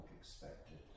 expected